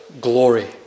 glory